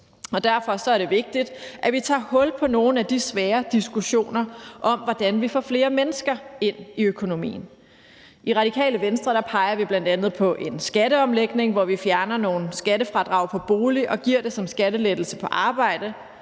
derfor er det vigtigt, at vi tager hul på nogle af de svære diskussioner om, hvordan vi får flere mennesker ind i økonomien. I Radikale Venstre peger vi bl.a. på en skatteomlægning, hvor vi fjerner nogle skattefradrag på bolig og giver det som skattelettelse på arbejde.